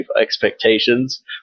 expectations